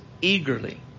eagerly